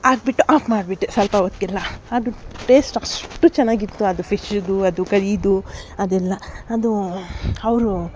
ಹಾಕ್ಬಿಟ್ಟು ಆಫ್ ಮಾಡಿಬಿಟ್ಟೆ ಸಲ್ಪ ಹೊತ್ತಿಗೆಲ್ಲ ಅದು ಟೇಸ್ಟ್ ಅಷ್ಟು ಚೆನ್ನಾಗಿತ್ತು ಅದು ಫಿಶ್ಶಿದು ಅದು ಕರೀದು ಅದೆಲ್ಲ ಅದು ಅವರು